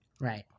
right